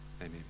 Amen